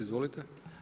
Izvolite.